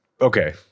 okay